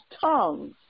tongues